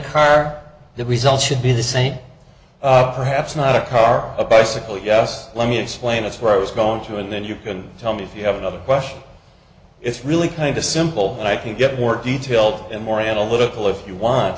car the result should be the same perhaps not a car a bicycle yes let me explain that's where i was going to and then you can tell me if you have another question it's really kind of simple and i can get more detail and more analytical if you want